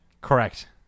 correct